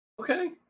Okay